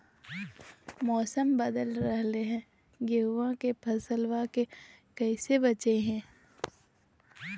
मौसम बदल रहलै है गेहूँआ के फसलबा के कैसे बचैये?